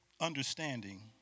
understanding